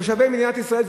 תושבי מדינת ישראל,